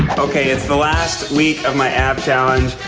okay it's the last week of my ab challenge.